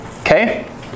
Okay